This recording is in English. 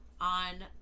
on